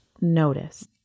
notice